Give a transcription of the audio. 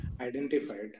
identified